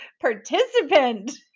participant